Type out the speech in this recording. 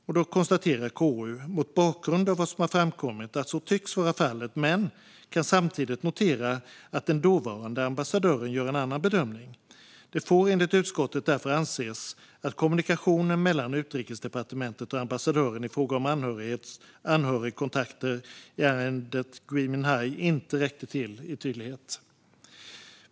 KU konstaterar mot bakgrund av vad som har framkommit att så tycks vara fallet men kan samtidigt notera att den dåvarande ambassadören gör en annan bedömning. Det får enligt utskottet därför anses att kommunikationen mellan Utrikesdepartementet och ambassadören i fråga om anhörigkontakter i ärendet Gui Minhai inte räckte till i tydlighet.